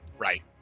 right